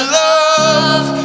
love